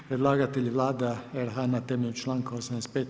Predlagatelj je Vlada RH na temelju članka 85.